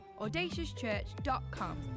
audaciouschurch.com